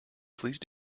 please